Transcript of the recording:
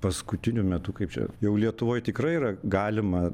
paskutiniu metu kaip čia jau lietuvoj tikrai yra galima